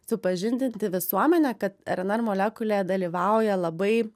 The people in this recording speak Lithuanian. supažindinti visuomenę kad rnr molekulė dalyvauja labai